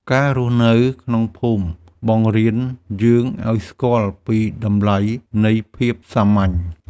ការរស់នៅក្នុងភូមិបង្រៀនយើងឱ្យស្គាល់ពីតម្លៃនៃភាពសាមញ្ញ។